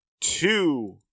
two